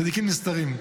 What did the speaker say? צדיקים נסתרים.